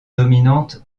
dominante